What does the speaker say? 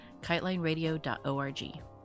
KiteLineRadio.org